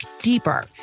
deeper